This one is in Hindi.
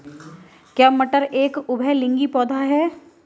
क्या मटर एक उभयलिंगी पौधा है?